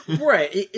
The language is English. right